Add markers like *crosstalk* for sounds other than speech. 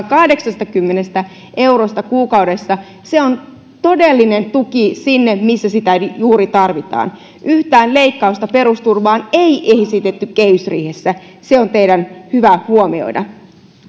*unintelligible* kahdeksastakymmenestä eurosta kuukaudessa se on todellinen tuki sinne missä sitä juuri tarvitaan yhtään leikkausta perusturvaan ei ei esitetty kehysriihessä se on teidän hyvä huomioida